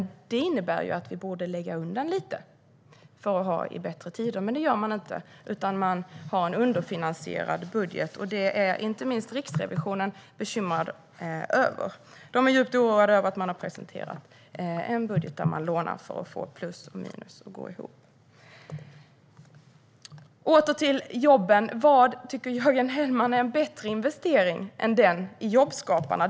Det innebär att vi borde lägga undan lite till sämre tider. Men det gör man inte, utan man har en underfinansierad budget. Det är inte minst Riksrevisionen bekymrad över. De är djupt oroade över att man har presenterat en budget där man lånar för att få plus och minus att gå ihop. Åter till jobben. Vad tycker Jörgen Hellman är en bättre investering än den i jobbskaparna?